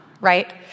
Right